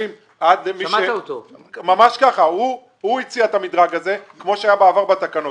הוא הציע את המדרג הזה כמו שהיה בעבר בתקנות.